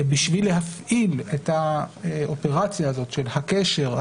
בשביל להפעיל את האופרציה הזאת של הקשר,